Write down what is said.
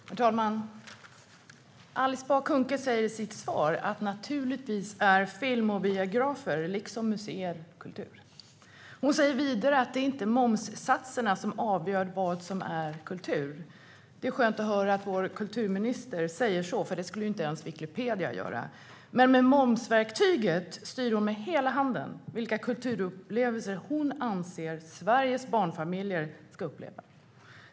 Herr talman! Alice Bah Kuhnke säger i sitt svar: Naturligtvis är film och biografer, liksom museer, kultur. Hon säger vidare att det inte är momssatserna som avgör vad som är kultur. Det är skönt att höra att vår kulturminister säger så, för det skulle inte ens Wikipedia göra. Men med momsverktyget pekar hon med hela handen på vilka kulturupplevelser hon anser att Sveriges barnfamiljer ska få.